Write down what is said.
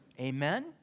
Amen